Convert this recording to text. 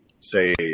say